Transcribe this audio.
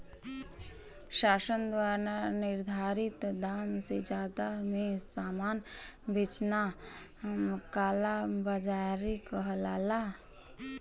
शासन द्वारा निर्धारित दाम से जादा में सामान बेचना कालाबाज़ारी कहलाला